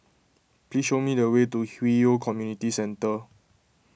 please show me the way to Hwi Yoh Community Centre